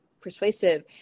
persuasive